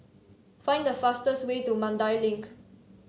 find the fastest way to Mandai Link